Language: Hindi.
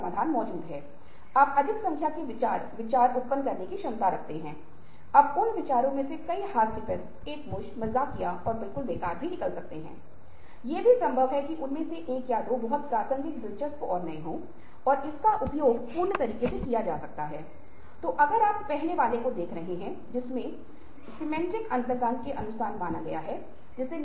ऐसा नहीं है कि कभी कभी हम लोगों को भी उस विशेष स्थान और इलाके के संदर्भ और संस्कृति को समझना पड़ता है क्योंकि कुछ लोग प्रत्यक्ष और सीधे आगे की तरह करते हैं लेकिन कुछ लोग ऐसे भी हैं जो चहरे पे कुछ सीधे तौर पर कहने पर सराहना नहीं करेंगे